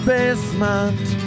Basement